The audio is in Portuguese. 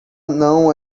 não